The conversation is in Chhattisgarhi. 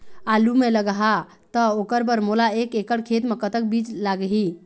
आलू मे लगाहा त ओकर बर मोला एक एकड़ खेत मे कतक बीज लाग ही?